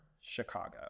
Chicago